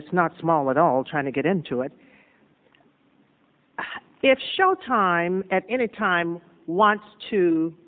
it's not small at all trying to get into it if showtime at any time wants to